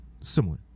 similar